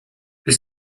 les